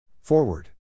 Forward